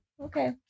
Okay